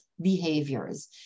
behaviors